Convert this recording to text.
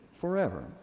forever